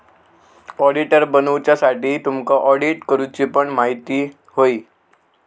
auditor बनुच्यासाठी तुमका audit करूची पण म्हायती होई